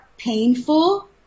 painful